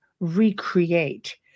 recreate